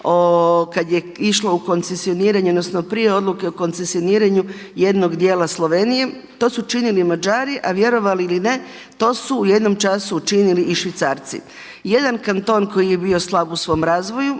kad je išla u koncesioniranje, odnosno prije odluke o koncesioniranju jednog dijela Slovenije. To su činili i Mađari, a vjerovali ili ne to su u jednom času učinili i Švicarci. Jedan kanton koji je bio …/Govornik